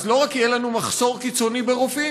אז לא רק שיהיה לנו מחסור קיצוני ברופאים,